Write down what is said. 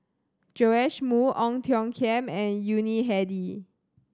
Joash Moo Ong Tiong Khiam and Yuni Hadi